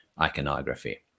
iconography